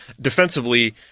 Defensively